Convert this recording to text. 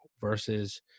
versus